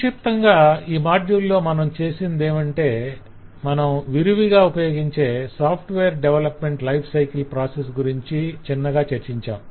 సంక్షిప్తంగా ఈ మాడ్యూల్ లో మనం చేసిందేమంటే మనం విరివిగా ఉపయోగించే software development life cycle process గురించి చిన్నగా చర్చించాం